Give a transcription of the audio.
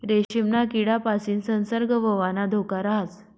रेशीमना किडापासीन संसर्ग होवाना धोका राहस